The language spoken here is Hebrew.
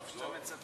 לא,